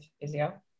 physio